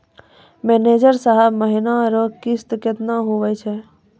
manager साहब महीना रो किस्त कितना हुवै छै